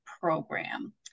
program